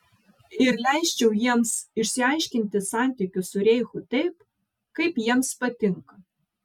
ir leisčiau jiems išsiaiškinti santykius su reichu taip kaip jiems patinka